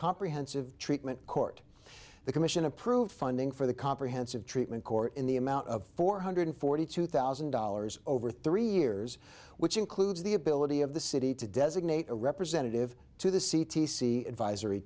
comprehensive treatment court the commission approved funding for the comprehensive treatment court in the amount of four hundred forty two thousand dollars over three years which includes the ability of the city to designate a representative to the c t c advisory